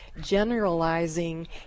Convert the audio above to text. generalizing